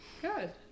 good